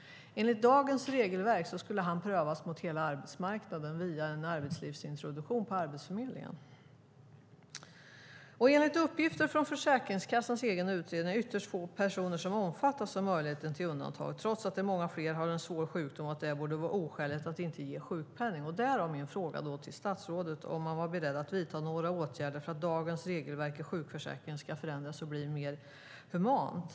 Enligt dagens regelverk skulle han prövas mot hela arbetsmarknaden via en arbetslivsintroduktion på Arbetsförmedlingen. Enligt uppgifter från Försäkringskassans egen utredning är det ytterst få personer som omfattas av möjligheten till undantag trots att många fler har en svår sjukdom och att det därmed borde vara oskäligt att inte ge sjukpenning. Därav min fråga till statsrådet: Är han beredd att vidta några åtgärder för att dagens regelverk för sjukförsäkringen ska förändras och bli mer humant?